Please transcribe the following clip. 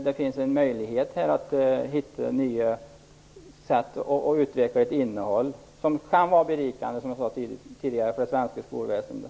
Det finns här en möjlighet att hitta nya sätt att utveckla ett innehåll som kan vara berikande för det svenska skolväsendet.